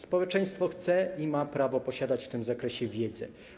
Społeczeństwo chce i ma prawo posiadać w tym zakresie wiedzę.